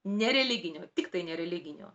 nereliginio tiktai nereliginio